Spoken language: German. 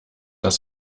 dass